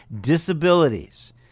disabilities